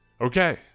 Okay